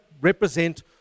represent